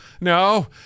no